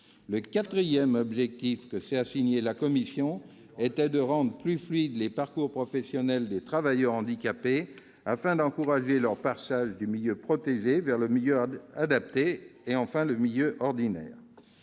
Le quatrième objectif que s'est assigné la commission était de rendre plus fluides les parcours professionnels des travailleurs handicapés, afin d'encourager leur passage du milieu protégé vers le milieu adapté ou le milieu ordinaire.